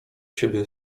siebie